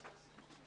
נכון.